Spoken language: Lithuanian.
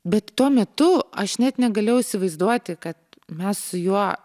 bet tuo metu aš net negalėjau įsivaizduoti kad mes su juo